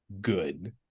good